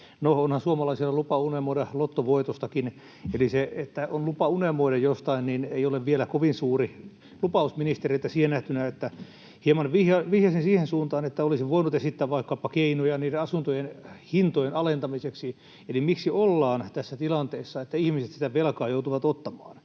onhan suomalaisilla lupa unelmoida lottovoitostakin, eli se, että on lupa unelmoida jostain, ei ole vielä kovin suuri lupaus ministeriltä siihen nähtynä, kun hieman vihjaisin siihen suuntaan, että olisin voinut esittää vaikkapa keinoja niiden asuntojen hintojen alentamiseksi, eli miksi ollaan tässä tilanteessa, että ihmiset sitä velkaa joutuvat ottamaan?